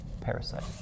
Parasite